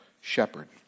shepherd